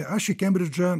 aš į kembridžą